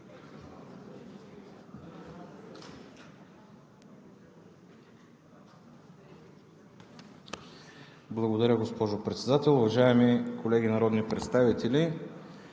Благодаря, госпожо Председател. Уважаеми народни представители,